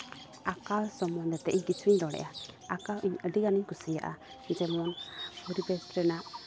ᱟᱸᱠᱟᱣ ᱥᱚᱢᱚᱱᱫᱷᱮ ᱛᱮ ᱤᱧ ᱠᱤᱪᱷᱩᱧ ᱨᱚᱲᱮᱜᱼᱟ ᱟᱸᱠᱟᱣ ᱤᱧ ᱟᱹᱰᱤ ᱜᱟᱱᱮᱧ ᱠᱩᱥᱤᱭᱟᱜᱟ ᱡᱮᱢᱚᱱ ᱯᱚᱨᱤᱵᱮᱥ ᱨᱮᱱᱟᱜ